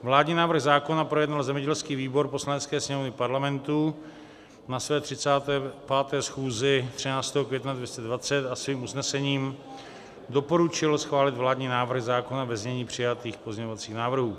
Vládní návrh zákona projednal zemědělský výbor Poslanecké sněmovny Parlamentu na své 35. schůzi 13. května 2020 a svým usnesením doporučil schválit vládní návrh zákona ve znění přijatých pozměňovacích návrhů.